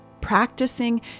Practicing